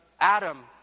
Adam